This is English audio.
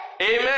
Amen